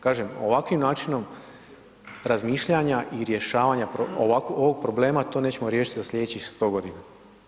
Kažem, ovakvim načinom razmišljanja i rješavanja ovog problema, to nećemo riješiti za slijedećih 100 g.